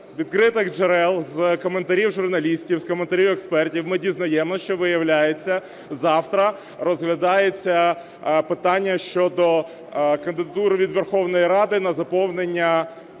відкритих джерел, з коментарів журналістів, з коментарів експертів ми дізнаємося, що, виявляється, завтра розглядається питання щодо кандидатури від Верховної Ради на заповнення